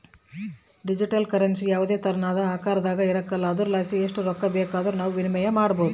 digital currency ಯಾವುದೇ ತೆರನಾದ ಆಕಾರದಾಗ ಇರಕಲ್ಲ ಆದುರಲಾಸಿ ಎಸ್ಟ್ ರೊಕ್ಕ ಬೇಕಾದರೂ ನಾವು ವಿನಿಮಯ ಮಾಡಬೋದು